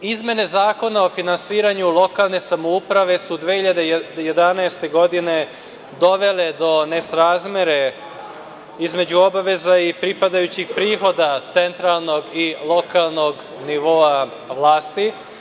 Izmene Zakona o finansiranju lokalne samouprave su 2011. godine dovele do nesrazmere između obaveza i pripadajućih prihoda centralnog i lokalnog nivoa vlasti.